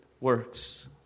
works